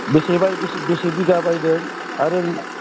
बेसे बाय बेसे बेसे बिघा बायदों आरो